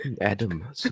adam